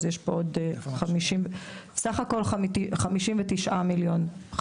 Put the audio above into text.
אז יש פה סך הכול 59,500,000 מיליון.